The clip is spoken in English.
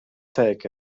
take